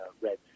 red